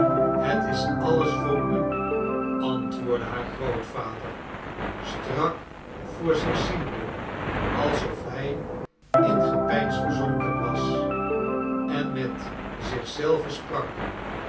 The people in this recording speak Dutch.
het is alles voor u antwoordde haar grootvader strak voor zich ziende alsof hij in gepeins verzonken was en met zich zelven sprak